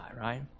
right